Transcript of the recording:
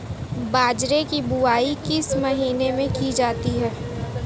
बाजरे की बुवाई किस महीने में की जाती है?